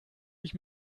ich